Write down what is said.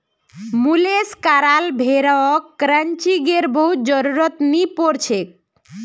मुलेस कराल भेड़क क्रचिंगेर बहुत जरुरत नी पोर छेक